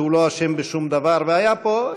שהוא לא אשם בשום דבר והיה פה.